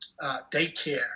daycare